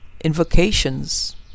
invocations